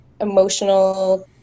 emotional